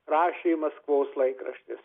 rašė maskvos laikraštis